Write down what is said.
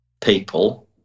people